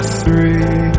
three